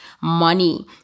money